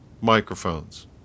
microphones